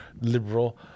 liberal